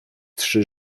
trzy